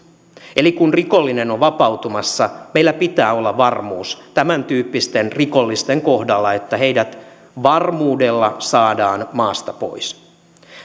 eli kun rikollinen on vapautumassa meillä pitää olla varmuus tämäntyyppisten rikollisten kohdalla että heidät varmuudella saadaan maasta pois